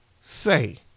say